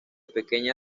pequeña